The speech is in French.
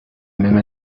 même